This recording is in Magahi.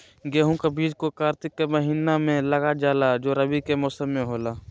गेहूं का बीज को कार्तिक के महीना में लगा जाला जो रवि के मौसम में होला